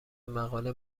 مقاله